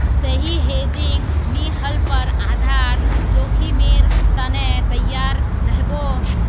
सही हेजिंग नी ह ल पर आधार जोखीमेर त न तैयार रह बो